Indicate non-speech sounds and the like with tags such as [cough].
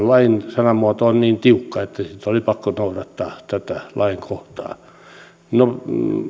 [unintelligible] lain sanamuoto on niin tiukka että oli pakko noudattaa tätä lainkohtaa no